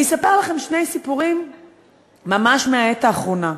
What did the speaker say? אני אספר לכם שני סיפורים ממש מהעת האחרונה.